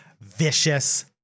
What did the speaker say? vicious